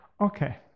Okay